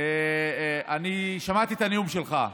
אני שמעתי את הנאום שלך.